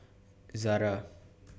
Zara